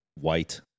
white